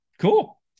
cool